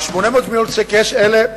והם